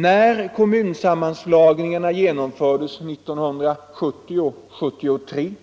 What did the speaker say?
När kommunsammanslagningarna genomfördes 1970-1973